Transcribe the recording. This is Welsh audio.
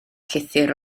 llythyr